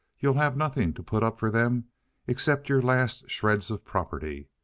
you have nothing to put up for them except your last shreds of property.